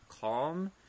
calm